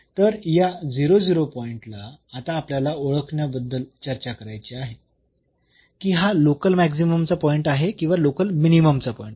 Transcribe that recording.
तर या पॉईंटला आता आपल्याला ओळ्खण्याबद्दल चर्चा करायची आहे की हा लोकल मॅक्सिमम चा पॉईंट आहे किंवा लोकल मिनिममचा पॉईंट आहे